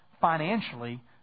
financially